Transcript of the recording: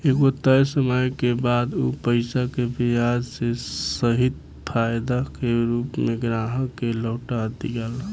एगो तय समय के बाद उ पईसा के ब्याज के सहित फायदा के रूप में ग्राहक के लौटा दियाला